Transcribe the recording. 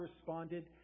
responded